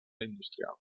industrial